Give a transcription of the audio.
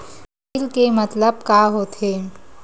Bill के मतलब का होथे?